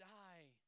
die